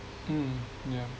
mm yeah